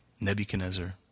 Nebuchadnezzar